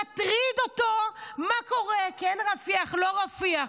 מטריד אותו מה קורה, כן רפיח, לא רפיח.